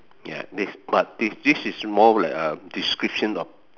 ya next but this this is more like a description of